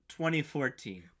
2014